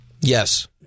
Yes